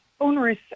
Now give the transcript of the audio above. onerous